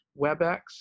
Webex